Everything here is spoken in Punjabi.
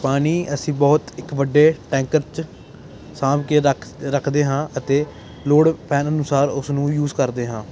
ਪਾਣੀ ਅਸੀਂ ਬਹੁਤ ਇੱਕ ਵੱਡੇ ਟੈਂਕਰ 'ਚ ਸਾਂਭ ਕੇ ਰੱਖ ਰੱਖਦੇ ਹਾਂ ਅਤੇ ਲੋੜ ਪੈਣ ਅਨੁਸਾਰ ਉਸ ਨੂੰ ਯੂਜ ਕਰਦੇ ਹਾਂ